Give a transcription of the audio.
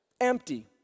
empty